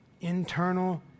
internal